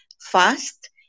fast